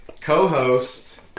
co-host